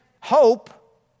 hope